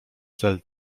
cel